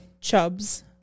chubs